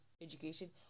education